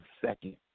second